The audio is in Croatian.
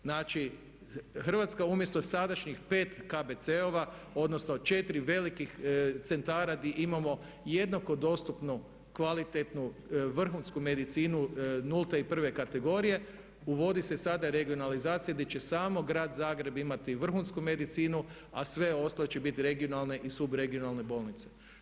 Znači Hrvatska umjesto sadašnjih 5 KBC-ova, odnosno 4 velikih centara gdje imamo jednako dostupnu kvalitetnu vrhunsku medicinu nulte i prve kategorije, uvodi se sada regionalizacija gdje će samo grad Zagreb imati vrhunsku medicinu a sve ostalo će biti regionalne i subregionalne bolnice.